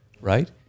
right